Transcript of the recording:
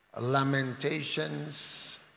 Lamentations